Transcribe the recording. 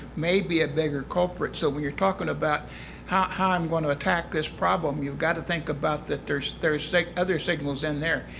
may be a bigger culprit. so when you're talking about how how i'm going to attack this problem, you've got to think about that there's there's so like other signals in there.